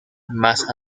más